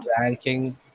ranking